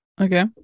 Okay